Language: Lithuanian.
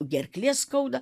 gerklė skauda